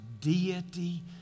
deity